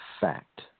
fact